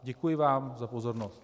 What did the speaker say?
Děkuji vám za pozornost.